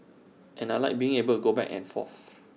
and I Like being able go back and forth